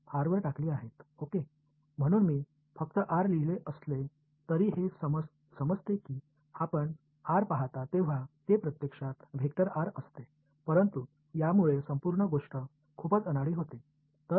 எனவே நான் r ஐ எழுதியிருந்தாலும் நீங்கள் r ஐப் பார்க்கும்போது அது உண்மையில் தான் என்று புரிந்து கொள்ளப்படுகிறது ஆனால் அது முழு விஷயத்தையும் மிகவும் விகாரமாக ஆக்குகிறது